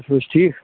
تُہۍ چھِو حظ ٹھیٖک